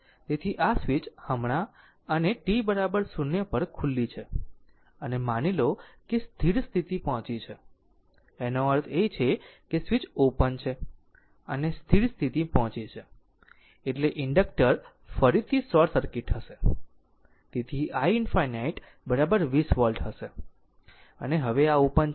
તેથી આ સ્વીચ હમણાં અને t 0 પર ખુલી છે અને માની લો કે સ્થિર સ્થિતિ પહોંચી છે એનો અર્થ એ કે સ્વીચ ઓપન છે અને સ્થિર સ્થિતિ પહોંચી છે એટલે ઇન્ડકટર ફરીથી શોર્ટ સર્કિટ હશે તેથી i 20 વોલ્ટ હશે અને આ હવે ઓપન છે